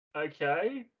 okay